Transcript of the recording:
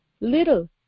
little